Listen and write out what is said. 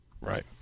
right